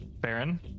Baron